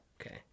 Okay